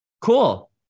Cool